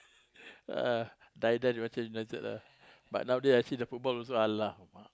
uh die die also Manchester-United lah but nowadays I see the football also !alamak!